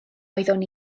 oeddwn